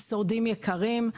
שורדים יקרים,